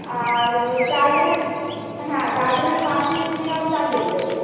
আর ও ডাল যেখানে হ্যাঁ ডাল যেখানে পাঁচ কেজি আছে সেখানে ওটা চার কেজি করে দিন